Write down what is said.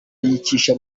yicisha